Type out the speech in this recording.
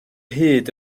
hyd